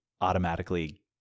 automatically